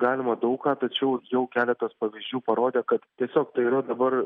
galima daug ką tačiau jau keletas pavyzdžių parodė kad tiesiog tai yra dabar